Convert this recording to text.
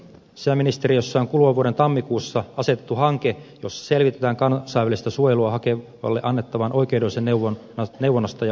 sisäministeriössä on kuluvan vuoden tammikuussa asetettu hanke jossa selvitetään kansainvälistä suojelua hakevalle annettavaa oikeudellisesta neuvontaa ja oikeusapua